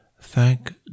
Thank